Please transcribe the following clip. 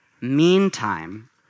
meantime